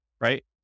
right